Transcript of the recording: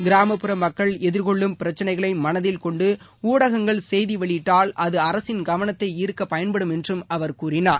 கிராமப்புற மக்கள் எதிர்கொள்ளும் பிரக்சினைகளை மனதில் கொண்டு ஊடகங்கள் செய்தி வெளியிட்டால் அது அரசின் கவனத்தை ஈர்க்க பயன்படும் என்றும் அவர் கூறினார்